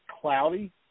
cloudy